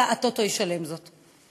אלא הטוטו ישלם זאת.